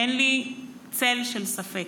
אין לי צל של ספק